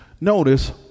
Notice